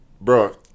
bro